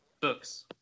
books